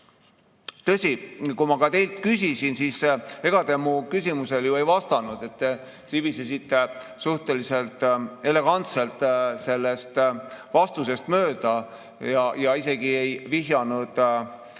tõsi, kui ma ka teilt küsisin, siis ega te mu küsimusele ei vastanud, te libisesite suhteliselt elegantselt vastusest mööda, isegi ei vihjanud RES‑ile